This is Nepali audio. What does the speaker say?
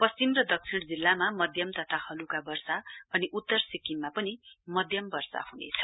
पश्चिम र दक्षिण जिल्लामा मध्यम तथा हलुका वर्षा अनि उत्तर सिक्किममा पनि मध्यम वर्षा हुनेछ